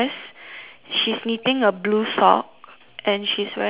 she's knitting a blue sock and she's wearing a green hat